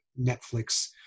Netflix